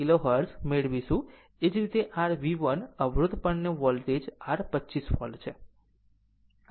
એ જ રીતે r V1 અવરોધ પરની વોલ્ટેજ r 25 વોલ્ટ છે